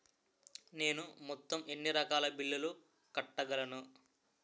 నేను మొత్తం ఎన్ని రకాల బిల్లులు కట్టగలను?